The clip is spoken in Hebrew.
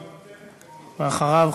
ואחריו,